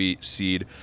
seed